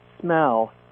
smell